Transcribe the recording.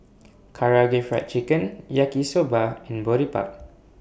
Karaage Fried Chicken Yaki Soba and Boribap